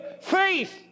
faith